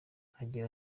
agira